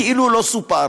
כאילו לא סופר.